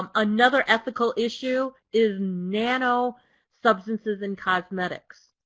um another ethical issue is nano substances in cosmetics.